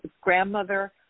grandmother